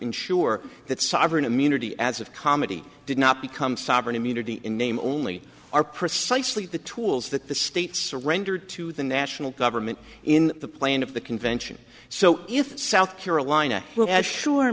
ensure that sovereign immunity as of comedy did not become sovereign immunity in name only are precisely the tools that the state surrendered to the national government in the plane of the convention so if south carolina